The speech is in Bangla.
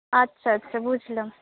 আচ্ছা আচ্ছা বুঝলাম